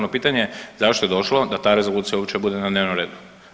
No pitanje je zašto je došlo da ta Rezolucija uopće bude na dnevnom redu?